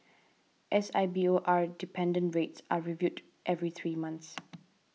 S I B O R dependent rates are reviewed every three months